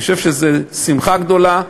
אני חושב שזו שמחה גדולה,